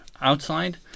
outside